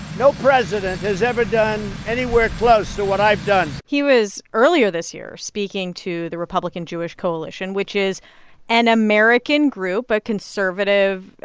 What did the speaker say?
no president has ever done anywhere close to what i've done he was, earlier this year, speaking to the republican jewish coalition, which is an american group, a conservative,